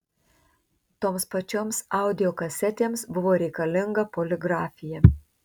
toms pačioms audio kasetėms buvo reikalinga poligrafija